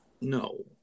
No